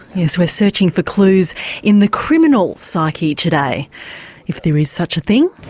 yes we're searching for clues in the criminal psyche today if there is such a thing.